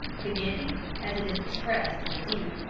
beginning, as it is expressed in the deed,